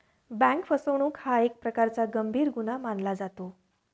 bank फसवणूक हा एक प्रकारचा गंभीर गुन्हा मानला जातो